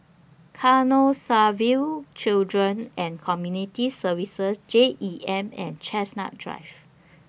Canossaville Children and Community Services J E M and Chestnut Drive